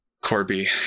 Corby